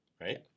Right